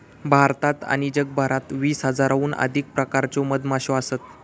भारतात आणि जगभरात वीस हजाराहून अधिक प्रकारच्यो मधमाश्यो असत